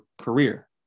career